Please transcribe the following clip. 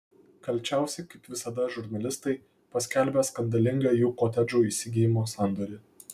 kalčiausi kaip visada žurnalistai paskelbę skandalingą jų kotedžų įsigijimo sandorį